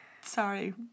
Sorry